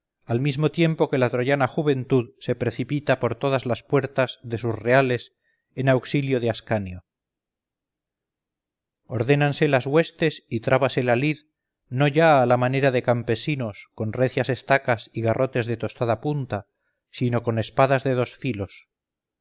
al mismo tiempo que la troyana juventud se precipita por todas las puertas de sus reales en auxilio de ascanio ordénanse las huestes y trábase la lid no ya a la manera de campesinos con recias estacas y garrotes de tostada punta sino con espadas de dos filos